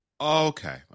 Okay